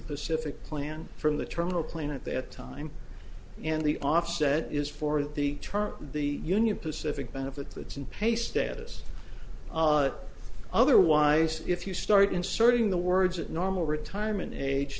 pacific plan from the terminal plane at that time and the offset is for the the term union pacific benefits and pay status otherwise if you start inserting the words at normal retirement age